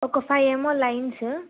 ఒక ఫైవ్ ఏమో లైన్సు